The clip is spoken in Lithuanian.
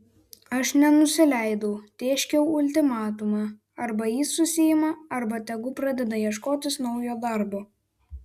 aš nenusileidau tėškiau ultimatumą arba jis susiima arba tegu pradeda ieškotis naujo darbo